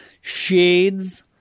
shades